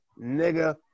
nigga